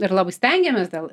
ir labai stengiamės dėl